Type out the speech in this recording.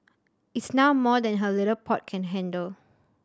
it's now more than her little pot can handle